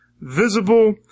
Visible